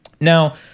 Now